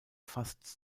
fast